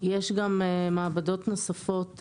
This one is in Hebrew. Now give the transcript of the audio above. יש גם מעבדות נוספות,